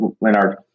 Leonard